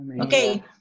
Okay